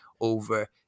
over